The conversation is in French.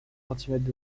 centimètres